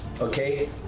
okay